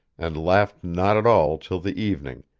and laughed not at all till the evening,